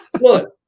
Look